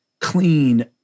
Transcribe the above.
clean